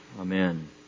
Amen